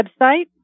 website